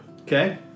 Okay